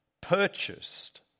purchased